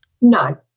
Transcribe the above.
No